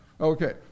Okay